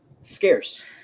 scarce